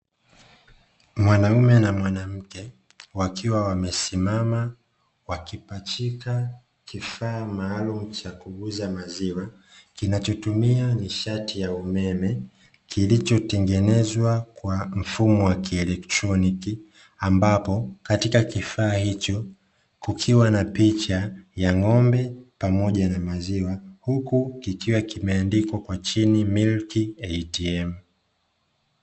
Mwanaume na mwanamke, wakiwa wamesimama wakipachika kifaa maalumu cha kuuza maziwa, kinachotumia nishati ya umeme, kilichotengenezwa kwa mfumo wa kieletroniki, ambapo katika kifaa hicho kukiwa na picha ya ng'ombe, pamoja na maziwa huku kikiwa kimeandikwa kwa chini "milk atm"